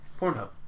Pornhub